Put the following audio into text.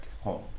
home